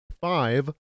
five